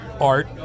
art